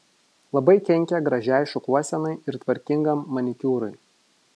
labai kenkia gražiai šukuosenai ir tvarkingam manikiūrui